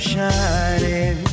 shining